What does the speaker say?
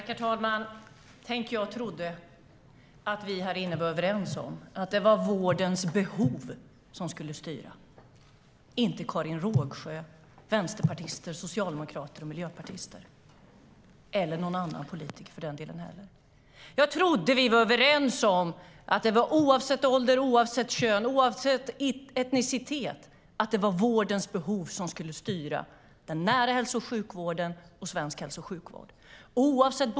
Herr talman! Tänk, jag trodde att vi här inne var överens om att det var vårdens behov som skulle styra, inte Karin Rågsjö, vänsterpartister, socialdemokrater och miljöpartister - eller någon annan politiker för den delen. Jag trodde att vi var överens om att det oavsett ålder, oavsett kön, oavsett etnicitet och oavsett bostadsort var vårdens behov som skulle styra den nära hälso och sjukvården och svensk hälso och sjukvård.